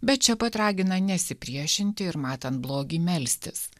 bet čia pat ragina nesipriešinti ir matant blogį melstis